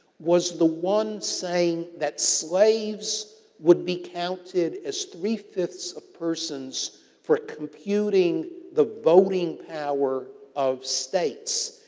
was the one saying that slaves would be counted as three five ths of person for computing the voting power of states.